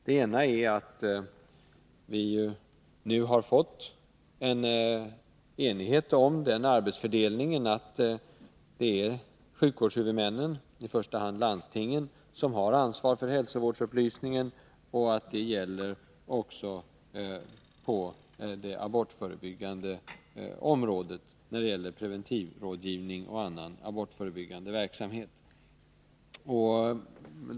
Det ena skälet är att vi nu har fått enighet om den arbetsfördelningen, att det är sjukvårdshuvudmännen, i första hand landstingen, som har ansvar för hälsoupplysningen. Det gäller också på det abortförebyggande området, dvs. preventivmedelsrådgivning och annan abortförebyggande verksamhet.